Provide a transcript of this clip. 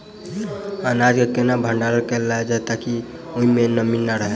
अनाज केँ केना भण्डारण कैल जाए ताकि ओई मै नमी नै रहै?